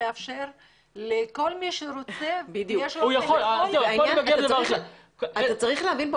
לאפשר לכל מי שרוצה -- אתה צריך להבין.